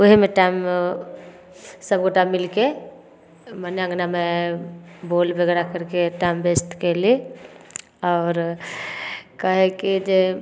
ओहिमे टाइम सभगोटा मिलिके मने अँगनामे बोलि वगैरह करिके टाइम व्यस्त कएली आओर कहै कि जे